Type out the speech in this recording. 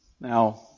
Now